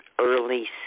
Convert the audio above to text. early